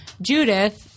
Judith